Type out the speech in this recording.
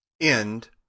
End